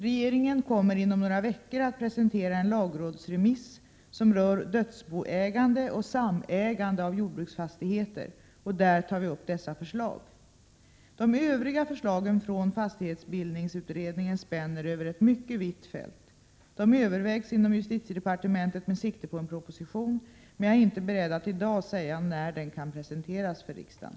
Regeringen kommer inom några veckor att presentera en lagrådsremiss som rör dödsboägande och samägande av jordbruksfastigheter. Där tar vi upp dessa förslag. De övriga förslagen från fastighetsbildningsutredningen spänner över ett mycket vitt fält. De övervägs inom justitiedepartementet med sikte på en proposition. Men jag är inte beredd att i dag säga när den kan presenteras för riksdagen.